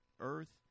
Earth